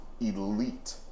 elite